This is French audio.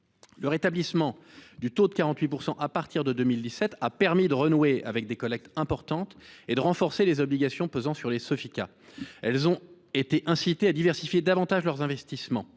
Le rétablissement du taux de 48 % à partir de 2017 a permis de renouer avec des collectes importantes et de renforcer les obligations pesant sur les Sofica. Celles ci ont été incitées à diversifier davantage leurs investissements.